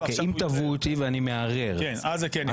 תפנה בשעת מצוקתך הקשה וזה לא יהיה בסל התרופות